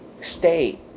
stay